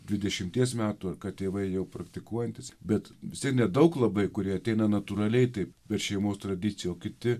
dvidešimties metų ar kad tėvai jau praktikuojantys bet vis tiek nedaug labai kurie ateina natūraliai taip per šeimos tradiciją o kiti